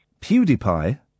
PewDiePie